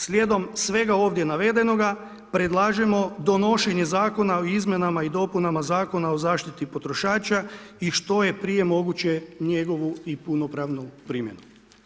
Slijedom svega ovdje navedenoga, predlažemo donošenje zakona o izmjenama i dopunama Zakona o zaštiti potrošača i što je prije moguće njegovu i punopravnu primjenu.